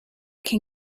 can